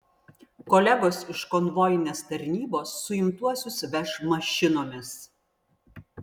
kolegos iš konvojinės tarnybos suimtuosius veš mašinomis